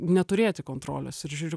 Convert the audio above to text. neturėti kontrolės ir žiūriu